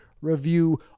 review